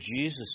Jesus